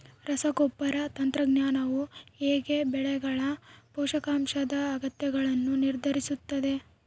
ರಸಗೊಬ್ಬರ ತಂತ್ರಜ್ಞಾನವು ಹೇಗೆ ಬೆಳೆಗಳ ಪೋಷಕಾಂಶದ ಅಗತ್ಯಗಳನ್ನು ನಿರ್ಧರಿಸುತ್ತದೆ?